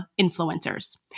influencers